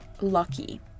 lucky